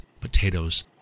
potatoes